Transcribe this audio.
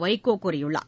வைகோ கூறியுள்ளார்